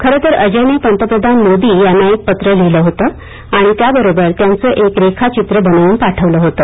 खरे तर अजयने पंतप्रधान मोदी यांना एक पत्र लिहिले होते आणि त्याबरोबर त्यांचे एक रेखाचित्र बनवून पाठवले होते